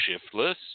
shiftless